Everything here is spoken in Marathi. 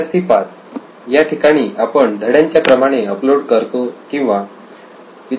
विद्यार्थी 5 याठिकाणी आपण धड्यांच्या क्रमाने अपलोड करतो किंवा